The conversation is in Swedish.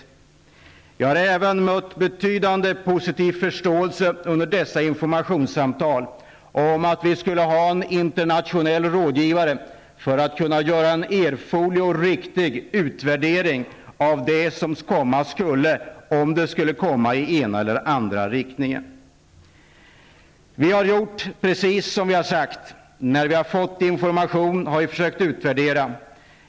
Under dessa informationssamtal har jag även mött betydande positiv förståelse för att vi skulle ha en internationell rådgivare för att kunna göra en erforderlig och riktig utvärdering av det som komma skulle, om det skulle komma i ena eller andra riktningen. Vi har gjort precis som vi har sagt. När vi har fått information har vi försökt att utvärdera.